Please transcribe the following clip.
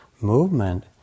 movement